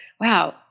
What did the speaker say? wow